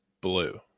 blue